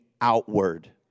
outward